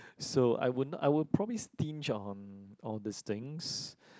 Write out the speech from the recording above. so I would not I would probably stinge on all these things